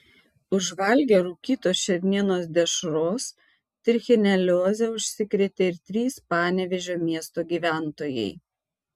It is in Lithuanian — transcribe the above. užvalgę rūkytos šernienos dešros trichinelioze užsikrėtė ir trys panevėžio miesto gyventojai